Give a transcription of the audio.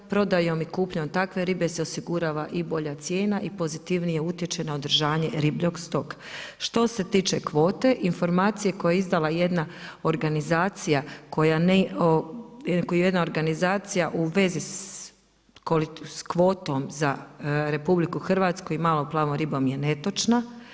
Prodajom i kupnjom takve ribe se osigurava i bolja cijena i pozitivnije utječe na održanje … [[Govornica se ne razumije.]] Što se tiče kvote, informacije koje je izdala jedna organizacija koju jedna organizacija u vezi s kvotom za RH i malom plavom ribom je netočna.